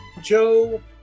joe